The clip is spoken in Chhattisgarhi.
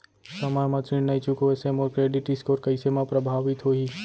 समय म ऋण नई चुकोय से मोर क्रेडिट स्कोर कइसे म प्रभावित होही?